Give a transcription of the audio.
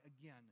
again